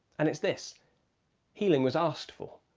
and it's this healing was asked for.